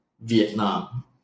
Vietnam